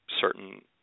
certain